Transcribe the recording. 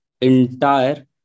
entire